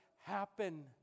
happen